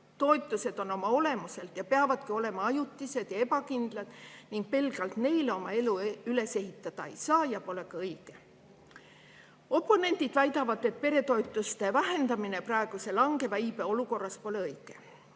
Toetused on oma olemuselt ja peavadki olema ajutised ja ebakindlad ning pelgalt neile oma elu üles ehitada ei saa ja pole ka õige. Oponendid väidavad, et peretoetuste vähendamine praeguse langeva iibe olukorras pole õige.